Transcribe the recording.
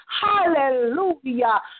Hallelujah